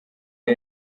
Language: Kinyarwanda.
iyo